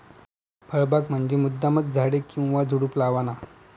फळबाग म्हंजी मुद्दामचं झाडे किंवा झुडुप लावाना